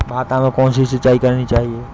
भाता में कौन सी सिंचाई करनी चाहिये?